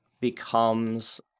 becomes